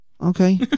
Okay